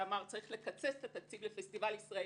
ואמר: צריך לקצץ את התקציב לפסטיבל ישראל